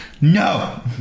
No